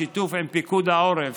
בשיתוף פיקוד העורף,